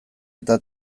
eta